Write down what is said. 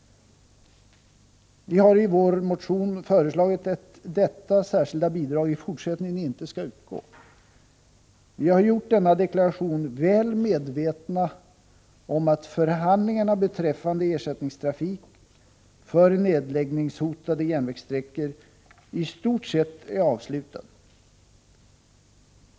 Vi har i vår motion föreslagit att detta särskilda bidrag i fortsättningen inte skall utgå. Vi har gjort denna deklaration väl medvetna om att förhandlingarna beträffande ersättningstrafik för nedläggningshotade järnvägssträckor i stort sett är avslutade.